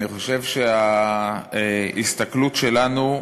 אני חושב שההסתכלות שלנו,